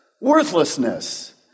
worthlessness